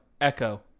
Echo